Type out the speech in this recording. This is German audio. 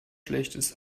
schlechtes